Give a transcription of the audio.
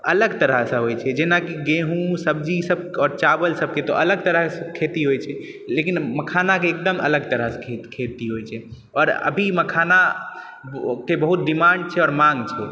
अलग तरहसँ होइ छै जेनाकि गेहूँ सब्जी ई सब आओर चावल ई सबके अलग तरह सँ खेती होइ छै लेकिन मखानाके एकदम अलग तरहसँ खेती होइ छै आओर अभी मखानाके बहुत डिमाण्ड छै आओर माँग छै